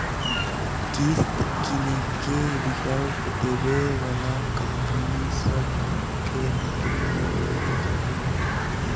किस्त किनेके विकल्प देबऐ बला कंपनि सभ के बिक्री में वृद्धि देखल गेल हइ